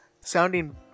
sounding